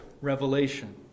revelation